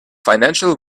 financial